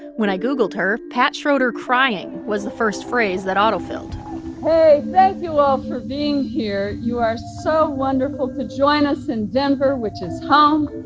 when i googled her, pat schroeder crying was the first phrase that auto-filled hey, thank you all for being here. you are so wonderful to join us in denver, which is home,